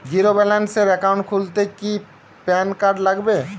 Zero balance account খুলতে কি PAN card লাগে?